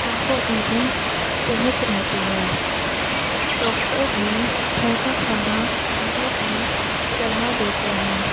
آنکھوں میں بھی صحت رہتی ہے ڈاکٹر بھی ہلکا کھانا کھانے کی صلاح دیتے ہیں